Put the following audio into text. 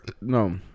No